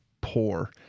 poor